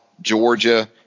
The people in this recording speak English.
Georgia –